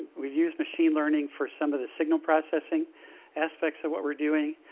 we've used machine learning for some of the signal processing aspects of what we're doing.